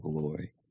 glory